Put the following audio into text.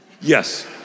Yes